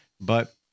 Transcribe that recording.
but-